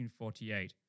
1948